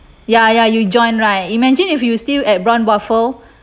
ya ya you join right imagine if you still at braun buffel